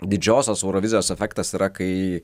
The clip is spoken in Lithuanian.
didžiosios eurovizijos efektas yra kai